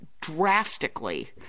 drastically